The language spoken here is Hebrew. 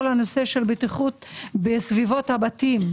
הנושא של בטיחות בסביבות הבתים.